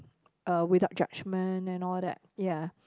uh without judgment and all that ya